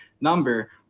number